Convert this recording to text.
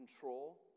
control